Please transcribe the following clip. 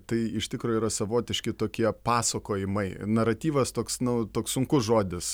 tai iš tikro yra savotiški tokie pasakojimai naratyvas toks nu toks sunkus žodis